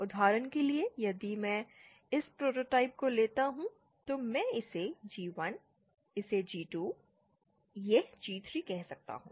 उदाहरण के लिए यदि मैं इस प्रोटोटाइप को लेता हूं तो मैं इसे G1 इसे G2 यह G3 कह सकता हूं